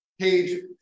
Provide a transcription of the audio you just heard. page